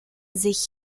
sich